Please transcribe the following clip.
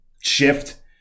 shift